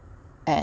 at